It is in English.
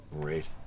Great